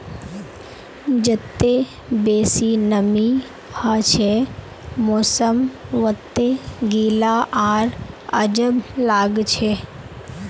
जत्ते बेसी नमीं हछे मौसम वत्ते गीला आर अजब लागछे